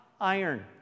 iron